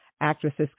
actresses